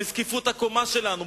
בזקיפות הקומה שלנו,